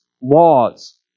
laws